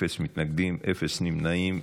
אפס מתנגדים, אפס נמנעים.